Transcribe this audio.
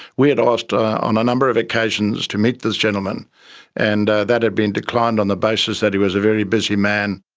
we had asked ah on a number of occasions to meet this gentleman and ah that had been declined on the basis that he was a very busy man.